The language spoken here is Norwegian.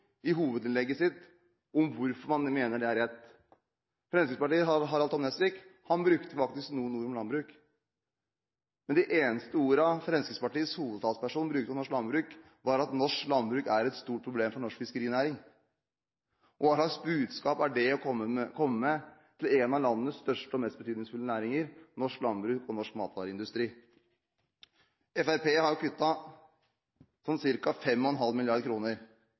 i hovedinnlegget om hvorfor man mener det er rett. Harald T. Nesvik fra Fremskrittspartiet sa faktisk noen ord om landbruk. Men de eneste ordene Fremskrittspartiets hovedtalsperson brukte om norsk landbruk, var at norsk landbruk er et stort problem for norsk fiskerinæring. Hvilket budskap er det å komme med til en av landets største og mest betydningsfulle næringer – norsk landbruk og norsk matvareindustri? Fremskrittspartiet har